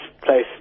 place